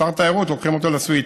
שר תיירות, לוקחים אותו לסוויטות.